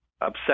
upset